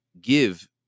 give